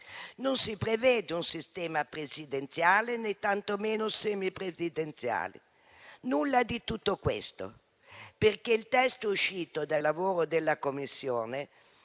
Non si prevede un sistema presidenziale né tantomeno semipresidenziale. Nulla di tutto questo, perché il testo uscito dal lavoro della Commissione